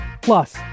Plus